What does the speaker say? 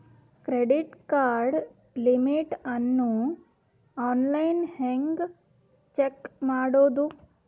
Credit card limit ಅನ್ನು online ಹೆಂಗ್ check ಮಾಡೋದು?